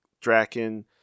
Draken